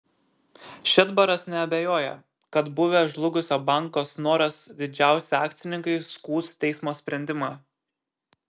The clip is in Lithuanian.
šedbaras neabejoja kad buvę žlugusio banko snoras didžiausi akcininkai skųs teismo sprendimą